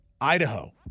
Idaho